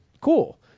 cool